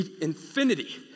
infinity